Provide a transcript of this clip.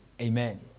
Amen